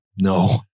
No